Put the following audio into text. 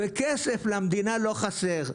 וכסף למדינה לא חסר.